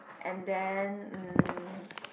and then um